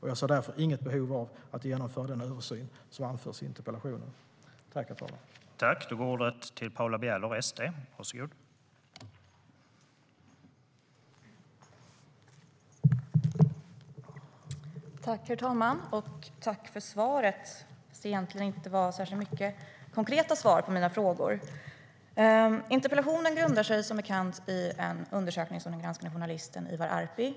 Jag ser därför inget behov av att genomföra den översyn som anförs i interpellationen.